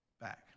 back